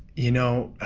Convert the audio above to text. you know,